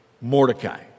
Mordecai